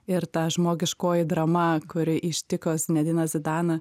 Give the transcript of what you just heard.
ir ta žmogiškoji drama kuri ištiko zinediną zidaną